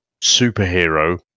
superhero